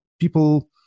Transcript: people